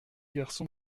garçon